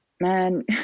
Man